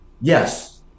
yes